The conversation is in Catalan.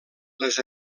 les